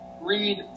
Read